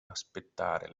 aspettare